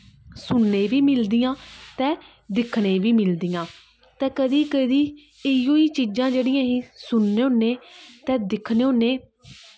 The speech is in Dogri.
सुनने गी बी मिलदियां ते दिक्खने गी बी मिलदियां ते कदी कदी इ'यो चीजां जेह्ड़ियां ही सुनने होन्ने ते दिक्खने होन्ने